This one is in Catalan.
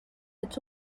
ets